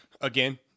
Again